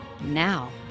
now